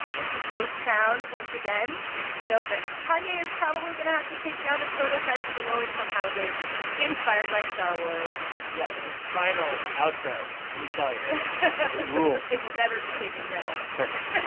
this is ghost once again to note that kanye is probably going to have to take down his prototypes for low-income housing inspired by star wars. yeah, but this final outro let me tell you. it rules it will never be taken down it's perfect. so